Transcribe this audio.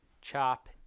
chop